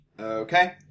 Okay